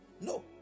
No